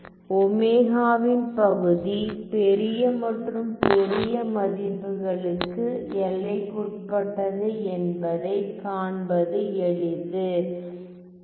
ஒமேகாவின் பகுதி பெரிய மற்றும் பெரிய மதிப்புகளுக்கு எல்லைக்குட்பட்டது என்பதைக் காண்பது எளிது